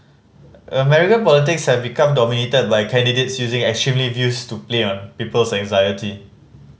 American politics have become dominated by candidates using extremist views to play on people's anxiety